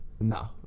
No